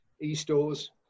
e-stores